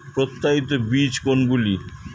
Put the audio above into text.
প্রত্যায়িত বীজ কোনগুলি?